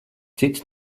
cits